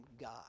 God